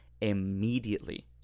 immediately